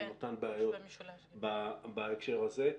הן אותן בעיות בהקשר הזה.